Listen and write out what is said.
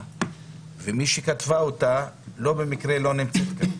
ומי שכתבה אותה לא במקרה לא נמצאת כאן,